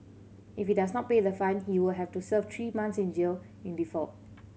if he does not pay the fine he will have to serve three months in jail in default